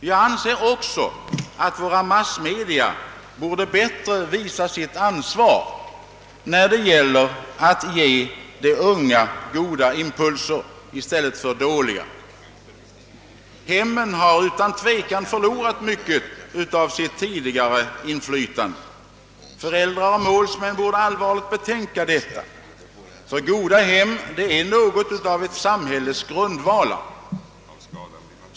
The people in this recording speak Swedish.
Jag anser också att våra massmedia bättre borde visa sitt ansvar när det gäller att ge de unga goda impulser i stället för dåliga. Hemmen har utan tvivel förlorat mycket av sitt tidigare inflytande. Föräldrar och målsmän borde allvarligt betänka detta, ty goda hem är något av ett samhälles grundvalar.